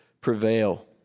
prevail